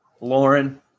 Lauren